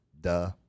Duh